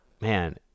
man